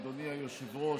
אדוני היושב-ראש,